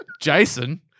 Jason